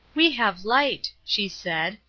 we have light she said,